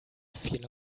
feel